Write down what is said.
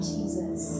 Jesus